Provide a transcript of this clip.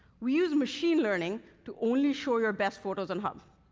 we use machine learning to only show your best photos on hub.